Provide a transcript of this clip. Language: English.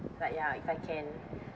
like ya if I can